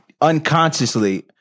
unconsciously